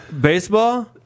Baseball